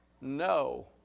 no